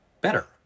better